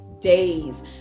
days